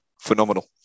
phenomenal